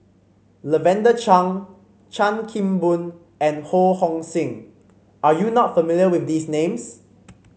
Lavender Chang Chan Kim Boon and Ho Hong Sing are you not familiar with these names